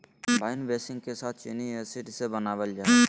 wine बेसींग के साथ चीनी एसिड से बनाबल जा हइ